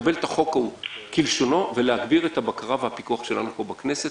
לקבל את החוק כלשונו ולהגביר את הבקרה והפיקוח שלנו פה בכנסת.